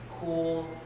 Cool